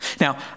Now